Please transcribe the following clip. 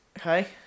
Okay